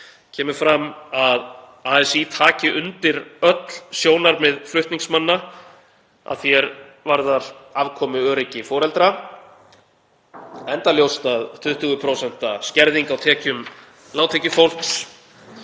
kemur fram að ASÍ taki undir öll sjónarmið flutningsmanna að því er varðar afkomuöryggi foreldra, enda ljóst að 20% skerðing á tekjum lágtekjufólks